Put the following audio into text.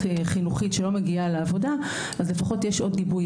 חינוכית שלא מגיעה לעבודה אז לפחות יש עוד גיבוי,